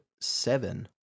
seven